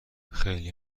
خیلی